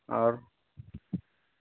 और